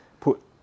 put